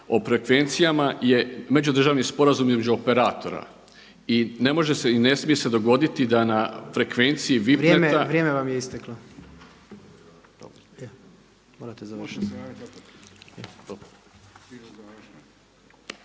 o frekvencijama je međudržavni sporazum između operatora. I ne može se i ne smije se dogoditi da na frekvenciji VIPneta. **Jandroković,